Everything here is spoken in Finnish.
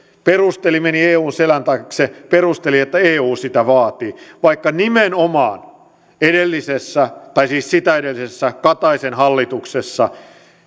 meni eun selän taakse perusteli että eu sitä vaati vaikka nimenomaan edellisessä tai siis sitä edellisessä kataisen hallituksessa